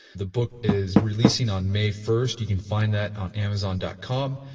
the book is releasing on may first, you can find that on amazon dot com.